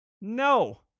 No